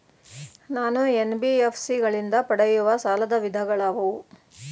ನಾನು ಎನ್.ಬಿ.ಎಫ್.ಸಿ ಗಳಿಂದ ಪಡೆಯುವ ಸಾಲದ ವಿಧಗಳಾವುವು?